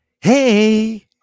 Hey